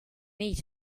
need